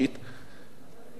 ואני אומר לכם,